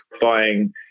buying